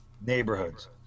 neighborhoods